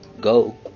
Go